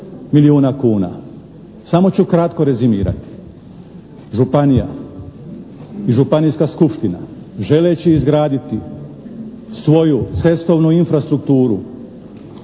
milijuna kuna. Samo ću kratko rezimirati. Županija i županijska skupština želeći izgraditi svoju cestovnu infrastrukturu